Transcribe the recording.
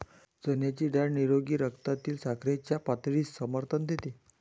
चण्याची डाळ निरोगी रक्तातील साखरेच्या पातळीस समर्थन देते